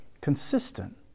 Consistent